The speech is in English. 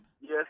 Yes